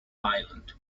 island